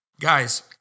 Guys